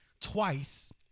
twice